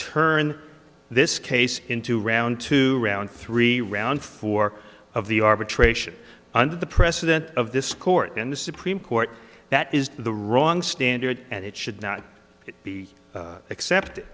turn this case into round two round three round four of the arbitration under the precedent of this court in the supreme court that is the wrong standard and it should not be accept